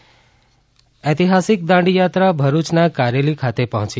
દાંડિયા ત્રા ઐતિહાસિક દાંડિયાત્રા ભરૂયના કારેલી ખાતે પહોંચી